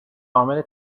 عامل